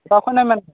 ᱚᱠᱟ ᱠᱷᱚᱱᱮᱢ ᱢᱮᱱᱫᱟ